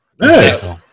Nice